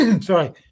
sorry